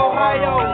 Ohio